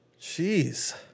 Jeez